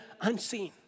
unseen